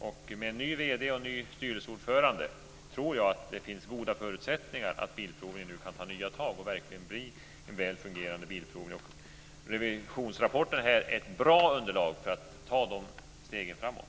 Och med en ny vd och en ny styrelseordförande tror jag att det finns goda förutsättningar att bilprovningen nu kan ta nya tag och verkligen bli en väl fungerande bilprovning. Och revisionsrapporten är ett bra underlag för att ta dessa steg framåt.